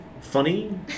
funny